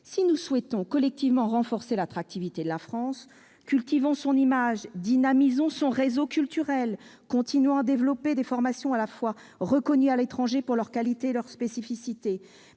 Si nous souhaitons collectivement renforcer l'attractivité de la France, cultivons son image, dynamisons son réseau culturel, continuons à développer des formations à la fois reconnues à l'étranger pour leur qualité et leur spécificité.